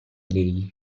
lei